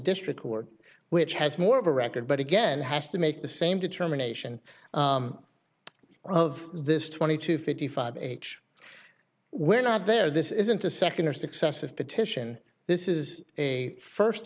district court which has more of a record but again has to make the same determination of this twenty two fifty five age we're not there this isn't a second or successive petition this is a first